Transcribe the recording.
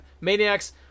Maniacs